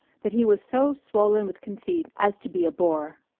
that he was so swollen with conceit as to be a bore.